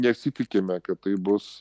nesitikime kad tai bus